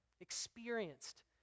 experienced